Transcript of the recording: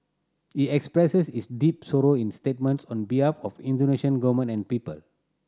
he expresses his deep sorrow in statements on behalf of Indonesian Government and people